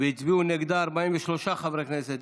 והצביעו נגדה 43 חברי כנסת.